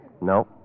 No